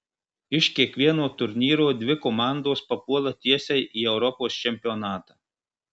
iš kiekvieno turnyro dvi komandos papuola tiesiai į europos čempionatą